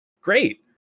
Great